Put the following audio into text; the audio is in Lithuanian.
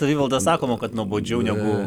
savivalda sakoma kad nuobodžiau negu